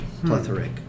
plethoric